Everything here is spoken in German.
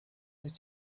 sich